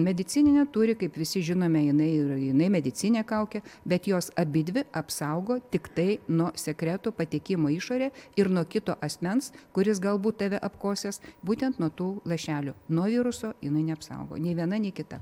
medicininė turi kaip visi žinome jinai jinai medicininė kaukė bet jos abidvi apsaugo tiktai nuo sekretų patekimo į išorę ir nuo kito asmens kuris galbūt tave apkosės būtent nuo tų lašelių nuo viruso jinai neapsaugo nei viena nei kita